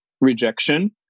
rejection